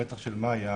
הרצח של מאיה,